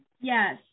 Yes